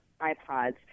iPods